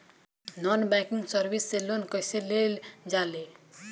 Non banking service से loan कैसे लेल जा ले?